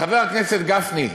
חבר הכנסת גפני,